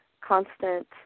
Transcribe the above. constant